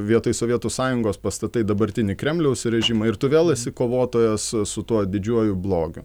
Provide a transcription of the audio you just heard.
vietoj sovietų sąjungos pastatai dabartinį kremliaus režimą ir tu vėl esi kovotojas su tuo didžiuoju blogiu